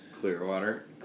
Clearwater